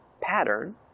pattern